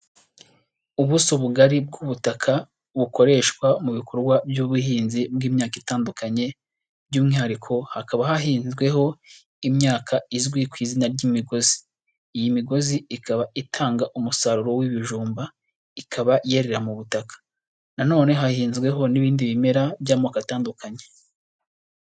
Ubuso ubugari bw'ubutaka bukoreshwa mu bikorwa by'ubuhinzi bw'imyaka itandukanye, by'umwihariko hakaba hahinzweho imyaka izwi ku izina ry'imigozi, iyi migozi ikaba itanga umusaruro w'ibijumba, ikaba yerera mu butaka, na none hahinzweho n'ibindi bimera by'amoko atandukanye.